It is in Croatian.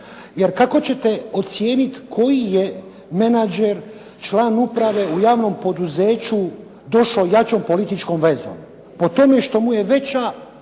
Jer kako ćete ocijeniti koji je menadžer član uprave u javnom poduzeću došao jačom političkom vezom? Po tome što mu je veća